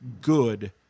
good